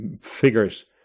figures